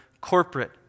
corporate